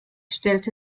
stellte